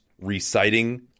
reciting